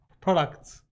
products